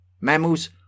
Mammals